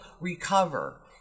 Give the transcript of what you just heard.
recover